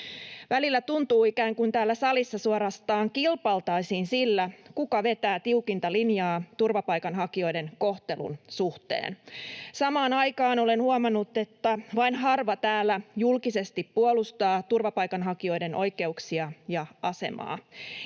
Välillä tuntuu, ikään kuin täällä salissa suorastaan kilpailtaisiin sillä, kuka vetää tiukinta linjaa turvapaikanhakijoiden kohtelun suhteen. Samaan aikaan olen huomannut, että vain harva täällä julkisesti puolustaa turvapaikanhakijoiden oikeuksia ja asemaa,